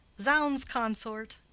zounds, consort!